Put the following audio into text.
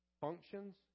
functions